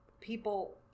people